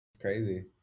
crazy